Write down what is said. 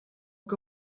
que